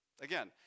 Again